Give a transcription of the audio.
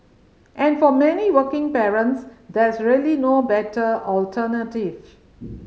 and for many working parents there's really no better alternative